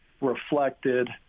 reflected